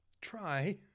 try